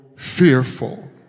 Fearful